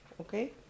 okay